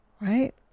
Right